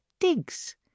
digs